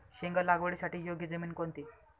शेंग लागवडीसाठी योग्य जमीन कोणती?